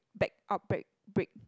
back up brake break